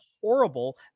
horrible